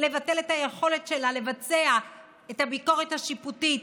לבטל את היכולת שלה לבצע את הביקורת השיפוטית,